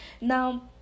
Now